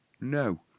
No